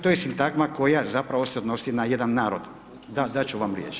To je sintagma koja zapravo se odnosi na jedan narod. … [[Upadica sa strane, ne razumije se.]] Da, dat ću vam riječ.